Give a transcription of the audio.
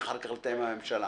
צריך נתונים.